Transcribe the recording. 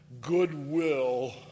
goodwill